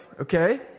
okay